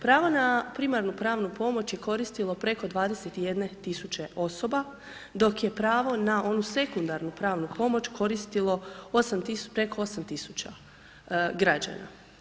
Pravo na primarnu pravnu pomoć je koristilo preko 21 tisuće osoba dok je pravo na onu sekundarnu pravnu pomoć koristilo preko 8 tisuća građana.